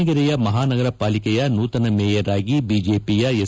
ದಾವಣಗೆರೆಯ ಮಹಾನಗರ ಪಾಲಿಕೆಯ ನೂತನ ಮೇಯರ್ ಆಗಿ ಬಿಜೆಪಿಯ ಎಸ್